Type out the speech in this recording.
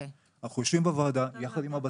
אנחנו יושבים בוועדה, יחד עם הבט"פ,